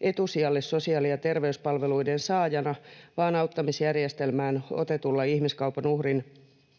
etusijalle sosiaali- ja terveyspalveluiden saajana vaan auttamisjärjestelmään otetun ihmiskaupan uhrin